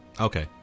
Okay